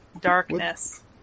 Darkness